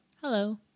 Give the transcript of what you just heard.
Hello